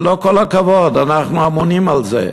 זה לא כל הכבוד, אנחנו אמונים על זה.